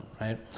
right